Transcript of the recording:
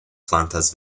plantas